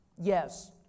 Yes